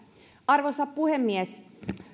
arvoisa puhemies